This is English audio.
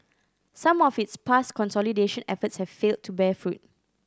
some of its past consolidation efforts have failed to bear fruit